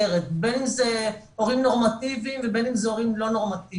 בין אם זה הורים נורמטיביים ובין אם זה הורים לא נורמטיביים,